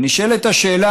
נשאלת השאלה,